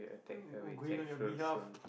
and going on your behalf